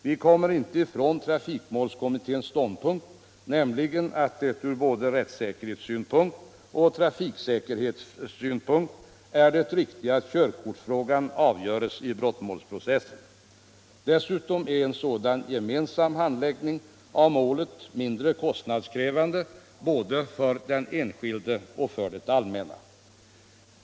Vi kommer inte ifrån trafikmålskommitténs ståndpunkt att det från både rättssäkerhetssynpunkt och trafiksäkerhetssynpunkt måste vara det riktiga att körkortsfrågan avgörs i brottmålsprocessen. Dessutom är en sådan gemensam handläggning av målet mindre kostnadskrävande både för den enskilde och för det allmänna.